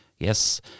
Yes